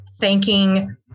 thanking